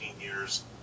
years